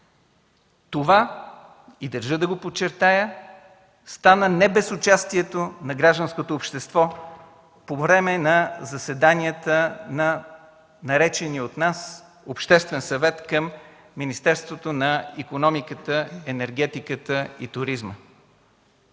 Това – държа да го подчертая – стана не без участието на гражданското общество по време на заседанията на наречения от нас Обществен съвет към Министерството на икономиката, енергетиката и туризма.